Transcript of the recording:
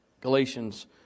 Galatians